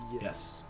Yes